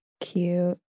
cute